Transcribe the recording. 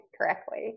correctly